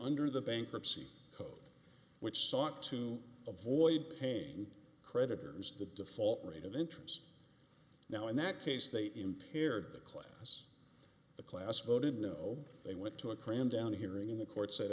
under the bankruptcy code which sought to avoid paying creditors the default rate of interest now in that case they impaired the class the class voted no they went to a cram down hearing the court said